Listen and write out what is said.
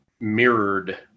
mirrored